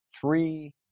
three